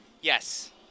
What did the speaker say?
Yes